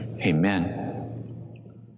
Amen